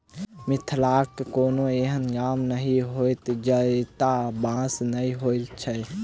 मिथिलाक कोनो एहन गाम नहि होयत जतय बाँस नै होयत छै